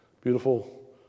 beautiful